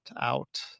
out